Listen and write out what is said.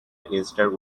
minister